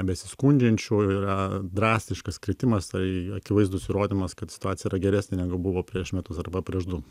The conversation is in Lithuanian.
besiskundžiančių yra drastiškas kritimas tai akivaizdus įrodymas kad situacija yra geresnė negu buvo prieš metus arba prieš du